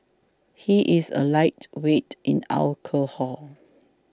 he is a lightweight in alcohol